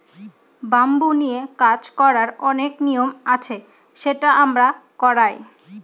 bamboo নিয়ে কাজ করার অনেক নিয়ম আছে সেটা আমরা করায়